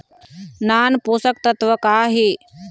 नान पोषकतत्व का हे?